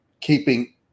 keeping